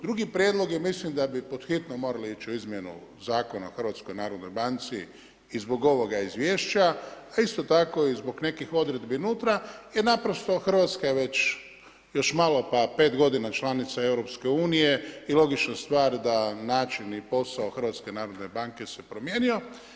Drugi prijedlog je da mislim da bi pod hitno morali ići u izmjenu Zakona o HNB i zbog ovoga izvješća, a isto tako i zbog nekih odredbi unutra jer naprosto Hrvatska je već, još malo pa 5 godina članica EU i logična stvar da način i posao HNB se promijenio.